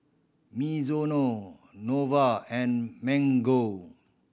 Mizuno Nova and Mango